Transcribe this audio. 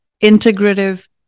Integrative